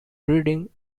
breeding